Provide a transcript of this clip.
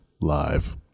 Live